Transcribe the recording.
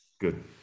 Good